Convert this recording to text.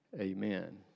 amen